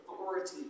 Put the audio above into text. authority